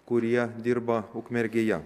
kurie dirba ukmergėje